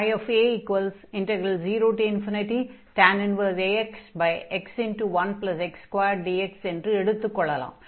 ஆகையால் a0tan 1axx1x2dx என்று எடுத்துக் கொள்ளலாம்